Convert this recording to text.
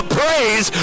praise